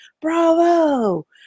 bravo